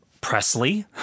Presley